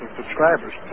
subscribers